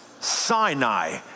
Sinai